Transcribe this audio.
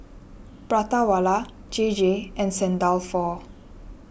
Prata Wala J J and Saint Dalfour